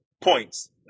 points